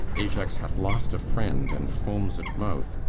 ajax hath lost a friend and foams at mouth,